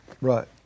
Right